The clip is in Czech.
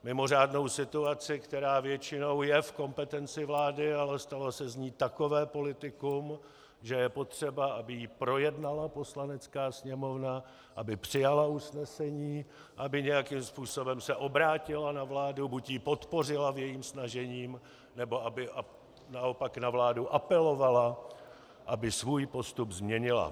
Mimořádnou situaci, která většinou je v kompetenci vlády, ale stalo se z ní takové politikum, že je potřeba, aby ji projednala Poslanecká sněmovna, aby přijala usnesení, aby nějakým způsobem se obrátila na vládu, buď ji podpořila v jejím snažení, nebo aby naopak na vládu apelovala, aby svůj postup změnila.